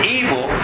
evil